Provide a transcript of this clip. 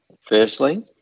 Firstly